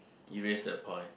erase that point